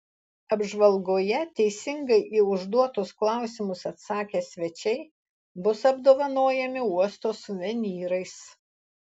apžvalgoje teisingai į užduotus klausimus atsakę svečiai bus apdovanojami uosto suvenyrais